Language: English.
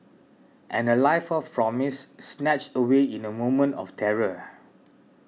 and a life of promise snatched away in a moment of terror